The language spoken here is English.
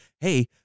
hey